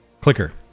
Clicker